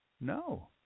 No